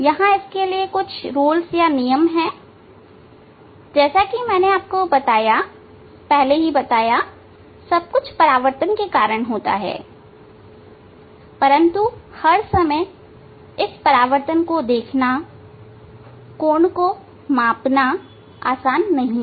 यहां इसके लिए कुछ नियम है जैसा कि मैंने आपको पहले बताया कि सब कुछ परावर्तन के कारण होता है परंतु हर समय इस परावर्तन को देखना कोण को मापना आसान नहीं है